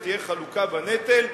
ותהיה חלוקה בנטל,